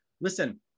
Listen